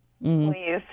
please